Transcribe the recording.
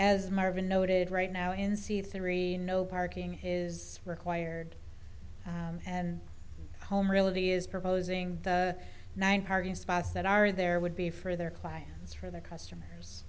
as marvin noted right now in c three no parking is required and home realty is proposing nine parking spots that are there would be for their clients for their customers